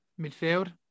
Midfield